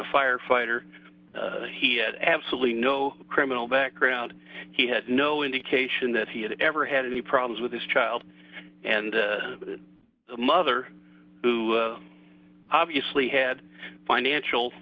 a firefighter he had absolutely no criminal background he had no indication that he had ever had any problems with this child and the mother who obviously had financial